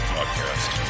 Podcast